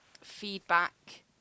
feedback